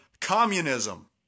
communism